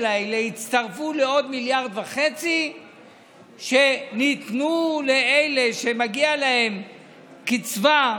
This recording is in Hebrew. האלה יצטרפו לעוד 1.5 מיליארד שניתנו לאלה שמגיעה להם קצבה,